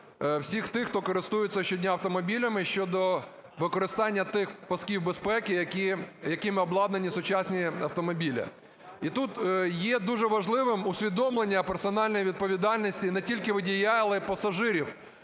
всіх тих, хто користується щодня автомобілями щодо використання тих пасків безпеки, якими обладнані сучасні автомобілі. І тут є дуже важливим усвідомлення персональної відповідальності не тільки водія, але й пасажирів,